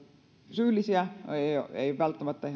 syyllisiä ei välttämättä